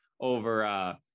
over